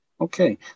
Okay